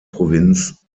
provinz